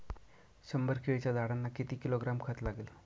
शंभर केळीच्या झाडांना किती किलोग्रॅम खत लागेल?